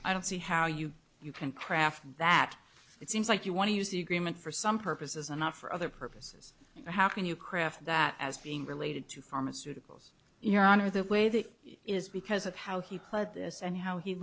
i don't see how you you can craft that it seems like you want to use agreement for some purposes and not for other purposes but how can you craft that as being related to pharmaceuticals your honor the way that is because of how he put this and how he